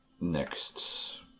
next